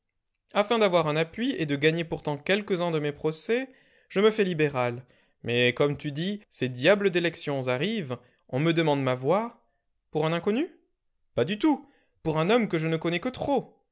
afin d'avoir un appui et de gagner pourtant quelques-uns de mes procès je me fais libéral mais comme tu dis ces diables d'élections arrivent on me demande ma voix pour un inconnu pas du tout pour un homme que je ne connais que trop